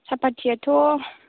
साफाथियाथ'